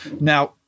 Now